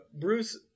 Bruce